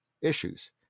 issues